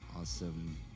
Awesome